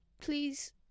Please